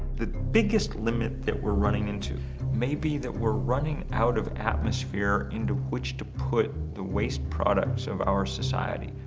the biggest limit that we're running into may be that we're running our of atmosphere into which to put the waste products of our society,